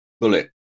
bullet